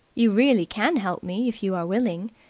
you really can help me, if you are willing.